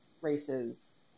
races